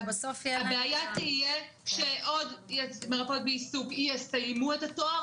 הבעיה תהיה כשעוד מרפאות בעיסוק יסיימו את התואר,